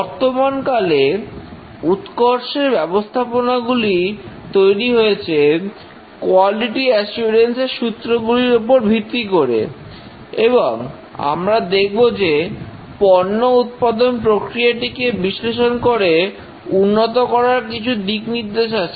বর্তমানকালে উৎকর্ষের ব্যবস্থাপনা গুলি তৈরি হয়েছে কোয়ালিটি অ্যাসুরেন্স এর সূত্র গুলির উপর ভিত্তি করে এবং আমরা দেখব যে পণ্য উৎপাদন প্রক্রিয়াটিকে বিশ্লেষণ করে উন্নত করার কিছু দিক নির্দেশ আছে